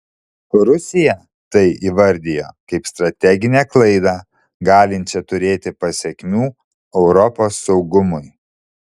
rusija tai įvardijo kaip strateginę klaidą galinčią turėti pasekmių europos saugumui